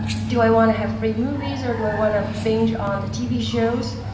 do i want to have free movies, or do i want to binge on the tv shows?